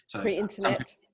Pre-internet